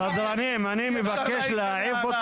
סדרנים, אני מבקש להעיף אותו מהאולם.